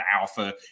alpha